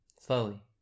Slowly